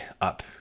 up